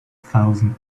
thousand